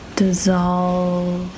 dissolve